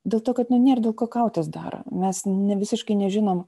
dėl to kad nu nėr dėl ko kautis dar mes ne visiškai nežinom